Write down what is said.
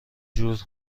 جور